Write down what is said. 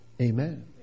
Amen